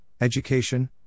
education